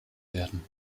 werden